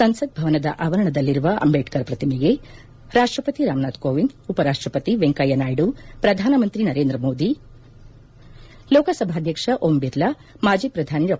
ಸಂಸತ್ ಭವನದ ಆವರಣದಲ್ಲಿರುವ ಅಂಬೇಢರ್ ಪ್ರತಿಮೆಗೆ ರಾಷ್ಟಪತಿ ರಾಮನಾಥ ಕೋವಿಂದ್ ಉಪರಾಷ್ಟಪತಿ ವೆಂಕಯ್ದನಾಯ್ದು ಪ್ರಧಾನಿ ನರೇಂದ್ರ ಮೋದಿ ಲೋಕಸಭಾಧ್ವಕ್ಷ ಓಂ ಬಿರ್ಲಾ ಮಾಜಿ ಪ್ರಧಾನಿ ಡಾ